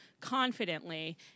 confidently